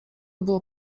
było